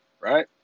right